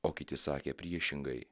o kiti sakė priešingai